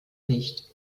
nicht